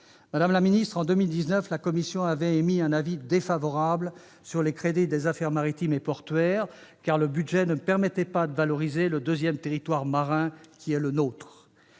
Madame la ministre, en 2019, notre commission avait émis un avis défavorable sur les crédits des affaires maritimes et portuaires, car le budget ne permettait pas de valoriser le deuxième territoire marin qui est le nôtre.